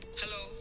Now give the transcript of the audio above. hello